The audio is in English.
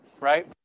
right